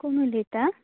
कोण उलयता